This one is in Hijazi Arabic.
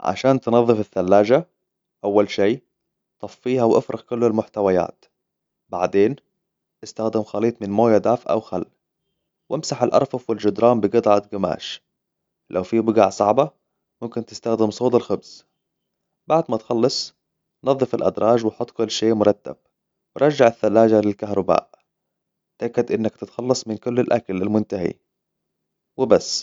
عشان تنظف الثلاجة، أول شي، طفيها وإفرغ كل المحتويات. بعدين، استخدم خليط من موية دافئة و خل. وامسح الأرفف والجدران بقطعه قماش. لو في بقعة صعبة، يمكن تستخدم صودا خبز. بعد ما تخلص، نظف الأدراج وحط كل شيء مرتب. ورجع الثلاجة للكهرباء. تأكد إنك تتخلص من كل الأكل المنتهي. وبس.